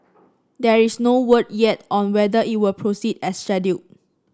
there is no word yet on whether it will proceed as scheduled